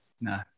No